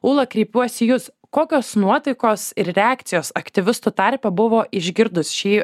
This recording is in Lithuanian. ūla kreipiuos į jus kokios nuotaikos ir reakcijos aktyvistų tarpe buvo išgirdus šį